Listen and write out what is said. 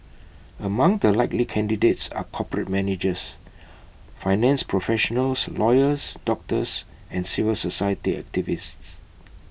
among the likely candidates are corporate managers finance professionals lawyers doctors and civil society activists